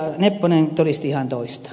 nepponen todisti ihan toista